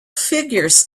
figures